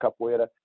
capoeira